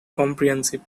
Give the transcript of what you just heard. comprehensive